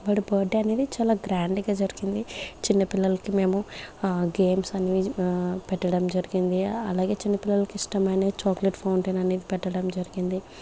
వాడి బర్త్డే అనేది చాలా గ్రాండ్గా జరిగింది చిన్నపిల్లలకి మేము ఆ గేమ్స్ అన్నీ పెట్టడం జరిగింది అలాగే చిన్నపిల్లలకి ఇష్టమైన చాక్లెట్ ఫౌంటెన్ అనేది పెట్టడం జరిగింది